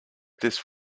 this